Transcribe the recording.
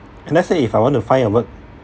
and let's say if I want to find a word